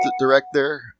director